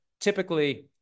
typically